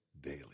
daily